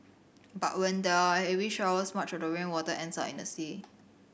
but when there are heavy showers much of the rainwater ends up in the sea